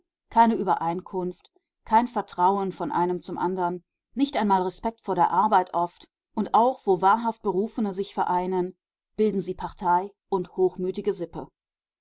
keine übereinkunft kein vertrauen vom einen zum andern nicht einmal respekt vor der arbeit oft und auch wo wahrhaft berufene sich vereinen bilden sie partei und hochmütige sippe